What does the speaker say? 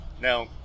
Now